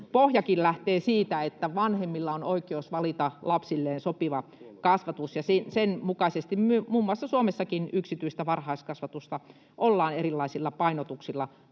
kokonaan siitä, että vanhemmilla on oikeus valita lapsilleen sopiva kasvatus, ja sen mukaisesti muun muassa Suomessa yksityistä varhaiskasvatusta ollaan erilaisilla painotuksilla